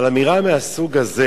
אבל אמירה מהסוג הזה